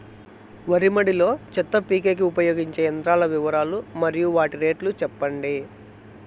వరి మడి లో చెత్త పీకేకి ఉపయోగించే యంత్రాల వివరాలు మరియు వాటి రేట్లు చెప్పండి?